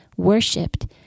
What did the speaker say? worshipped